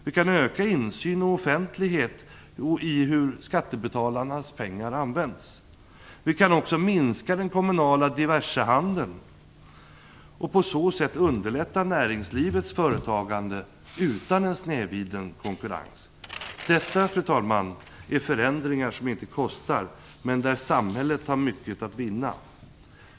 Vi kan öka insyn och offentlighet i hur skattebetalarnas pengar används. Men vi kan också minska den kommunala diversehandeln och på så sätt underlätta för näringslivets företagande utan att konkurrensen blir snedvriden. Detta, fru talman, är förändringar som inte kostar, men där samhället har mycket att vinna.